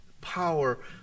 power